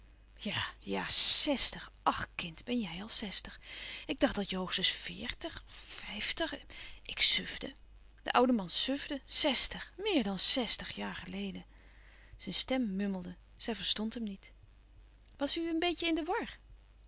ja ja zestig ach kind ben jij al zestig ik dacht dat je hoogstens veertig vijftig ik sufde de oude man sufde zestig meer dan zestig jaar geleden zijn stem mummelde zij verstond hem niet was u een beetje in de war